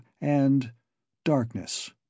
and—darkness